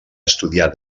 estudià